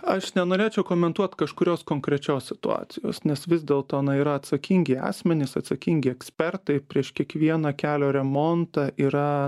aš nenorėčiau komentuot kažkurios konkrečios situacijos nes vis dėlto na yra atsakingi asmenys atsakingi ekspertai prieš kiekvieną kelio remontą yra